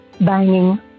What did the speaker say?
banging